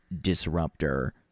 disruptor